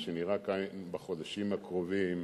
מה שנראה כאן בחודשים הקרובים,